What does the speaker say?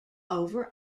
over